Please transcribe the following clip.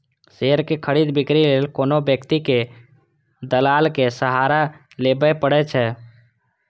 share के खरीद, बिक्री लेल कोनो व्यक्ति कें दलालक सहारा लेबैए पड़ै छै